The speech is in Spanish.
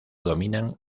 dominan